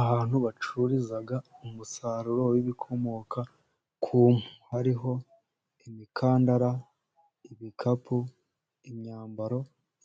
Ahantu bacururiza umusaruro w'ibikomoka ku mpu, hariho imikandara, ibikapu, imyambaro